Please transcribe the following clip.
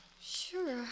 Sure